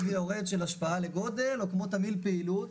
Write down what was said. ויורד של השפעה לגודל או כמו תמהיל פעילות,